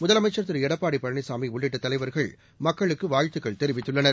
முதமைச்சர் திரு எடப்பாடி பழனிசாமி உள்ளிட்ட தலைவர்கள் மக்களுக்கு வாழ்த்துகள் தெரிவித்துள்ளனர்